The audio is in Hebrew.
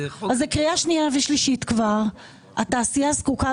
זאת כבר קריאה שנייה ושלישית,